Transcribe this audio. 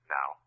Now